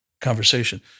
conversation